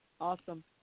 Awesome